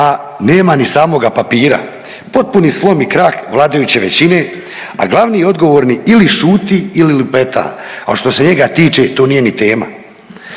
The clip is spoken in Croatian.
a nema ni samoga papira, potpuni slom i krah vladajuće većine, a glavni i odgovorni ili šuti ili lupeta, a što se njega tiče to nije ni tema.